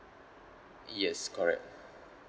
yes correct